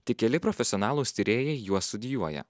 tik keli profesionalūs tyrėjai juos studijuoja